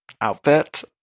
outfit